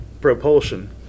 Propulsion